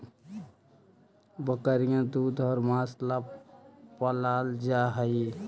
बकरियाँ दूध और माँस ला पलाल जा हई